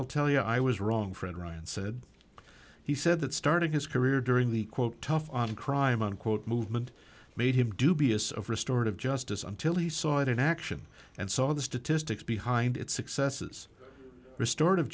i'll tell you i was wrong friend ryan said he said that starting his career during the quote tough on crime unquote movement made him dubious of restorative justice until he saw it in action and saw the statistics behind its successes restor